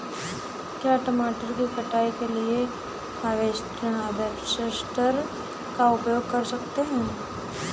क्या मटर की कटाई के लिए हार्वेस्टर का उपयोग कर सकते हैं?